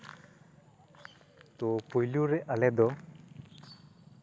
ᱛᱚ ᱯᱳᱭᱞᱳ ᱨᱮ ᱟᱞᱮ ᱫᱚ